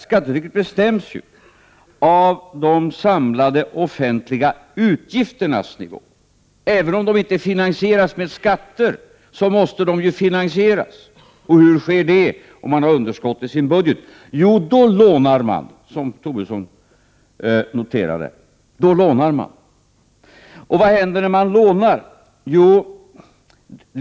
Skattetrycket bestäms ju av de samlade offentliga utgifternas nivå. Även om de inte finansieras med skatter, så måste de ju finansieras. Och hur sker det, om man har underskott i sin budget? Jo, då lånar man, som Lars Tobisson noterade. Och vad händer när man lånar?